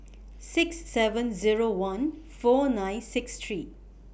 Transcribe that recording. six seven Zero one four nine six three